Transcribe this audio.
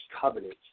covenant